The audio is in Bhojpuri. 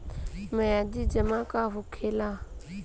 मियादी जमा का होखेला?